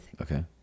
Okay